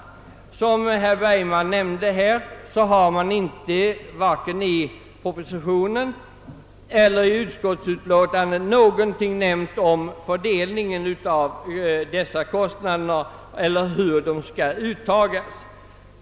Såsom herr Bergman nämnde har det varken i propositionen eller i utskottsut låtandet sagts någonting om fördelningen av dessa kostnader eller om hur de skall uttagas.